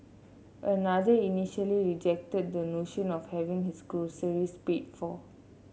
another initially rejected the notion of having his groceries paid for